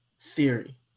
theory